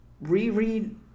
reread